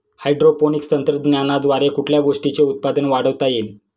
Hydroponics तंत्रज्ञानाद्वारे कुठल्या गोष्टीचे उत्पादन वाढवता येईल?